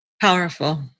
powerful